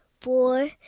four